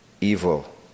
evil